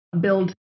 build